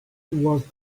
toward